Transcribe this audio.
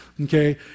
Okay